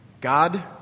God